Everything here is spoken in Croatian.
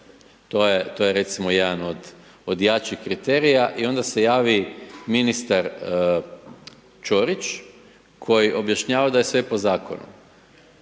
to je recimo jedan od, od jačih kriterija i onda se javi ministar Ćorić koji objašnjava da je sve po zakonu,